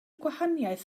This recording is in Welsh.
gwahaniaeth